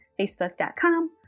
facebook.com